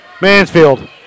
Mansfield